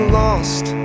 lost